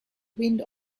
wind